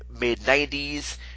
mid-90s